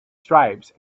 stripes